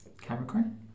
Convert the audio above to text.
Capricorn